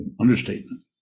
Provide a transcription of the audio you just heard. understatement